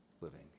living